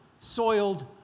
soiled